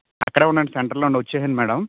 అక్కడే ఉండండి సెంటర్లోనుండి వచ్చేశాను మ్యాడమ్